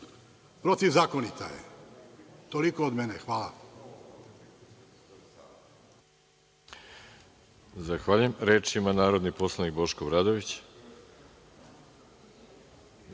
protivzakonita. Toliko od mene. Hvala.